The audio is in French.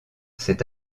c’est